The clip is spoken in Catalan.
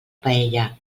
paella